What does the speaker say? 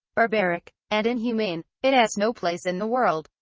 barbaric and inhumane. it has no place in the world.